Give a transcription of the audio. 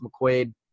McQuaid